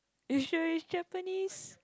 you sure it's Japanese